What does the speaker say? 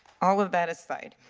all of that aside,